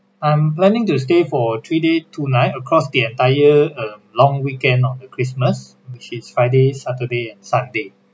I'm planning to stay for three day two night across the entire um long weekend on christmas which is friday saturday and sunday